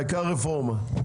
העיקר רפורמה.